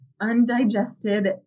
undigested